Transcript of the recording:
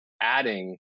adding